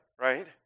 right